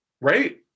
right